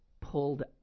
pulled